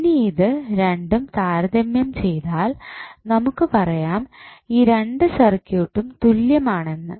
ഇനി ഇത് രണ്ടും താരതമ്യം ചെയ്താൽ നമുക്ക് പറയാം ഈ രണ്ട് സർക്യൂട്ടും തുല്യമാണെന്ന്